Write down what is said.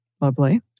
Lovely